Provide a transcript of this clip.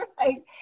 right